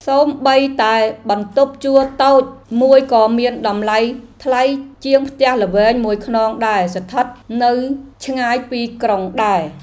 សូម្បីតែបន្ទប់ជួលតូចមួយក៏មានតម្លៃថ្លៃជាងផ្ទះល្វែងមួយខ្នងដែលស្ថិតនៅឆ្ងាយពីក្រុងដែរ។